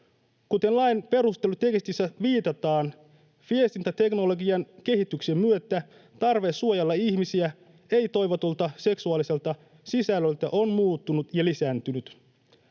Kuten lain perustelutekstissä viitataan, viestintäteknologian kehityksen myötä tarve suojella ihmisiä ei-toivotulta seksuaaliselta sisällöltä on muuttunut ja lisääntynyt.